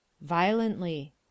Violently